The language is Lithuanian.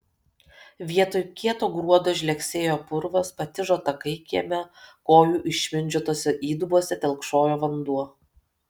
vietoj kieto gruodo žlegsėjo purvas patižo takai kieme kojų išmindžiotose įdubose telkšojo vanduo